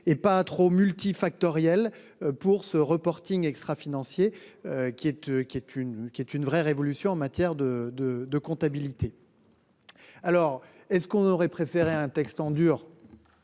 et pas trop multi-factorielles pour ce reporting extra-financier qui est qui. Une qui est une vraie révolution en matière de de de comptabilité.-- Alors est-ce qu'on aurait préféré un texte en dur.--